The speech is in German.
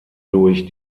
durch